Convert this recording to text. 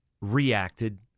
reacted